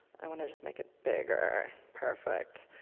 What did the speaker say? i want to just make it bigger. perfect.